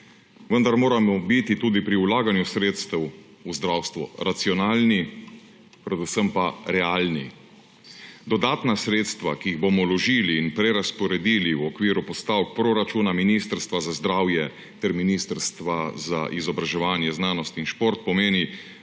vendar moramo biti tudi pri vlaganju sredstev v zdravstvu racionalni, predvsem pa realni. Dodatna sredstva, ki jih bomo vložili in prerazporedili v okviru postavk proračuna Ministrstva za zdravje ter Ministrstva za izobraževanje, znanost in šport – pomeni,